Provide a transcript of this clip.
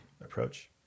approach